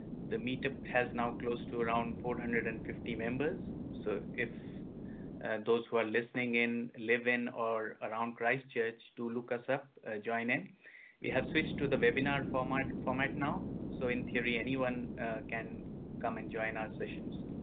the meter has now close to around four hundred and fifty members so if those who are listening in live in or around christchurch to lucas up joining we have switched to the web and r format format now. so in theory anyone can come and join our sessions.